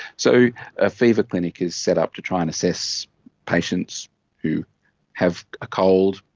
so a fever clinic is set up to try and assess patients who have a cold,